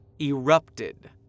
erupted